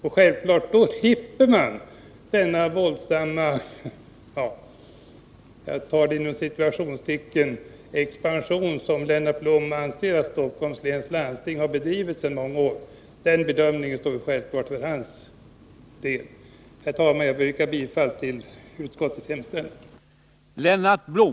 På så sätt slipper man den våldsamma ”expansion” som Lennart Blom anser att Stockholms läns landsting har bedrivit sedan många år. Den bedömningen får självfallet stå för hans räkning. Herr talman! Jag ber att få yrka bifall till utskottets hemställan.